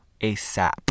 ASAP